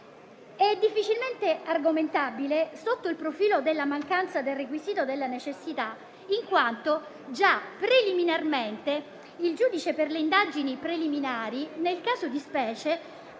È difficilmente argomentabile sotto il profilo della mancanza del requisito della necessità in quanto già preliminarmente il giudice per le indagini preliminari, nel caso di specie,